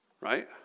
right